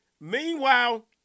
Meanwhile